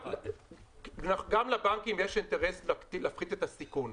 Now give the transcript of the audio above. גם לבנקים יש אינטרס להפחית את הסיכון,